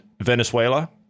Venezuela